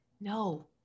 no